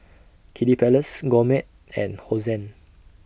Kiddy Palace Gourmet and Hosen